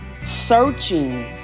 searching